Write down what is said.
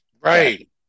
right